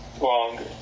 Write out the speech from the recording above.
longer